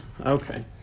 Okay